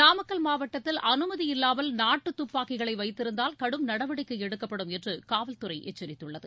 நாமக்கல் மாவட்டத்தில் அனுமதி இல்லாமல் நாட்டு துப்பாக்கிகளை வைத்திருந்தால் கடும் நடவடிக்கை எடுக்கப்படும் என்று காவல்துறை எச்சரிததுள்ளது